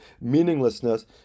meaninglessness